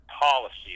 policy